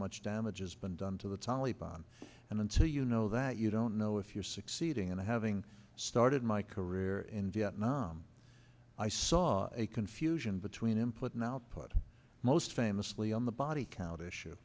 much damage has been done to the taliep on and then to you know that you don't know if you're succeeding and having started my career in vietnam i saw a confusion between input and output most famously on the body count issue